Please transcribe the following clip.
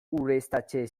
ureztatze